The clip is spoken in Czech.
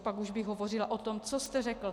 Pak už bych hovořila o tom, co jste řekl.